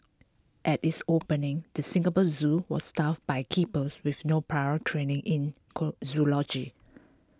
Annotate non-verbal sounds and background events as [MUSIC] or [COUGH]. at its opening the Singapore Zoo was staffed by keepers with no prior training in [UNINTELLIGIBLE] zoology